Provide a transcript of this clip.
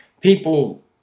people